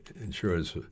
insurance